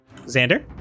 Xander